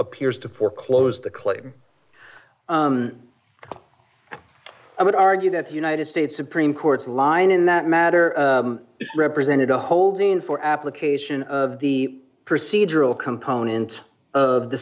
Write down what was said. appears to foreclose the claim i would argue that the united states supreme court's line in that matter represented a holding for application of the procedural component of the